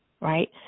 right